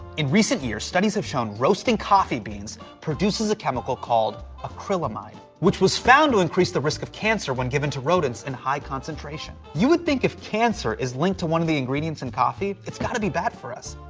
in recent years, studies have shown roasting coffee beans produces a chemical called acrylamide, which was found to increase the risk of cancer when given to rodents in high concentration. you would think if cancer is to one of the ingredients in coffee, it's gotta be bad for us.